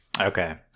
okay